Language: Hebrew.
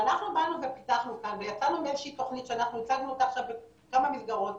אנחנו פיתחנו כאן ויצרנו איזה שהיא תוכנית שהצגנו אותה בכמה מסגרות,